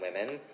women